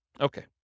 Okay